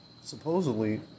supposedly